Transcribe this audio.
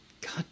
God